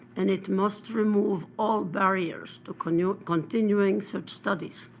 and it must remove all barriers to continuing continuing such studies.